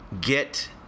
get